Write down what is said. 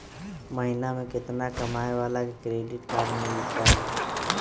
महीना में केतना कमाय वाला के क्रेडिट कार्ड मिलतै?